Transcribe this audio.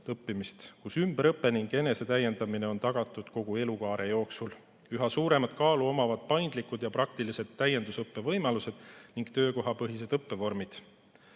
õppimist, nii et ümberõpe ning enesetäiendamine oleks tagatud kogu elukaare jooksul. Üha suurema kaaluga on paindlikud ja praktilised täiendusõppe võimalused ning töökohapõhised õppevormid.